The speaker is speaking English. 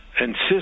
insist